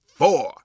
four